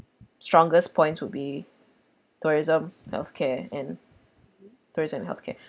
strongest points will be tourism healthcare and tourist and healthcare